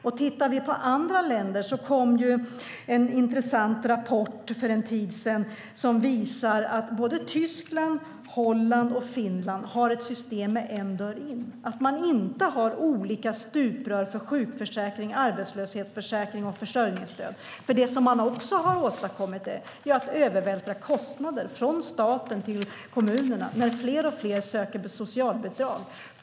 När det gäller andra länder kom det en intressant rapport för en tid sedan som visar att Tyskland, Holland och Finland har ett system med en dörr in. Man har inte olika stuprör för sjukförsäkring, arbetslöshetsförsäkring och försörjningsstöd. Det som man också har åstadkommit är att övervältra kostnader från staten till kommunerna när fler och fler söker socialbidrag.